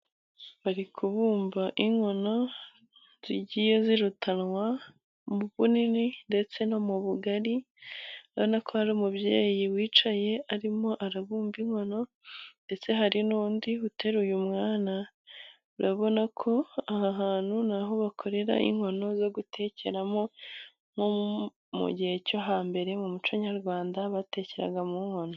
Bari kubumba inkono zigiye zirutanwa mu bunini ndetse no mu bugari, urabona ko hari umubyeyi wicaye arimo arabumba inkono, ndetse hari n'undi uteruye umwana. Urabona ko aha hantu naho bakorera inkono zo gutekeramo, nko mu gihe cyo hambere mu muco nyarwanda batekeraga mu nkono.